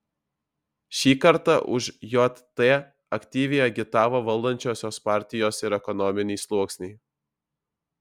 šį kartą už jt aktyviai agitavo valdančiosios partijos ir ekonominiai sluoksniai